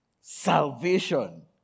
Salvation